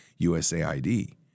USAID